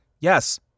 Yes